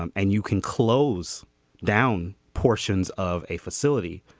um and you can close down portions of a facility